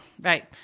right